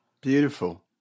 Beautiful